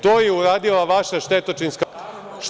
To je uradila vaša štetočinska vlast.